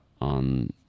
on